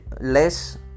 less